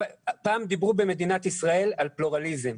פעם דיברו במדינת ישראל על פלורליזם,